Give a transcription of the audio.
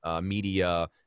media